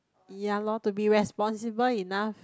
ya lor to be responsible enough